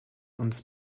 uns